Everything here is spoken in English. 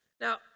Now